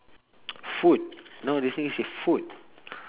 food now this thing is a food